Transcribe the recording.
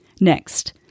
Next